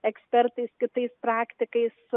ekspertais kitais praktikais